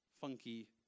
funky